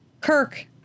Kirk